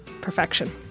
Perfection